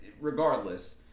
regardless